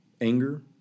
anger